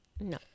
No